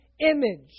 image